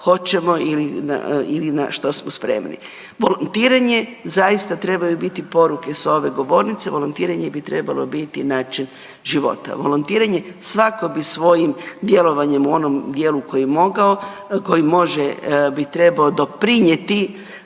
hoćemo ili na što smo spremni. Volontiranje zaista trebaju biti poruke s ove govornice, volontiranje bi trebalo biti način života. Volontiranje, svako bi svojim djelovanjem u onom djelovanju u onom dijelu koji je mogao, koji može doprinijeti